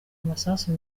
amasasu